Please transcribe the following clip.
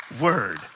word